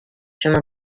chemin